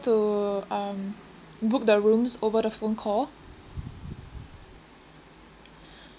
to um book the rooms over the phone call